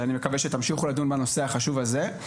ואני מקווה שתמשיכו לדון בנושא החשוב הזה.